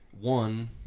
one